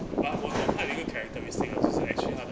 but 我懂他有一个 characteristic 就是 actually 她的